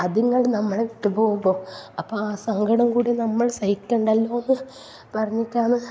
അതിങ്ങൾ നമ്മളെ വിട്ട് പോവുമ്പോൾ അപ്പോൾ ആ സങ്കടം കൂടി നമ്മൾ സഹിക്കേണ്ടല്ലോന്ന് പറഞ്ഞിട്ടാണ്